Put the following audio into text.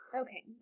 Okay